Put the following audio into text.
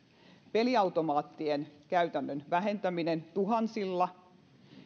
peliautomaattien vähentäminen käytännössä tuhansilla